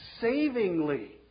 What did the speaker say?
savingly